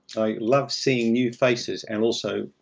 i love seeing new faces, and also,